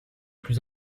plus